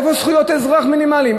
איפה זכויות האזרח המינימליות?